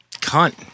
Cunt